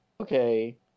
Okay